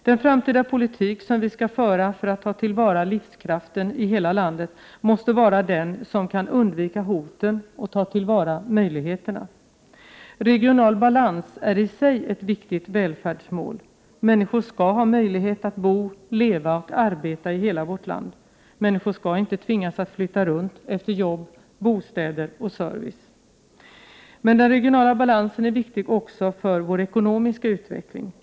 Den framtida politik vi skall föra för att ta till vara livskraften i hela landet måste vara den som kan undvika hoten och ta till vara möjligheterna. Regional balans är i sig ett viktigt välfärdsmål. Människor skall ha möjlighet att bo, leva och arbeta i hela vårt land. Människor skall inte tvingas att flytta runt efter jobb, bostäder och service. Men den regionala balansen är viktig också för vår ekonomiska utveckling.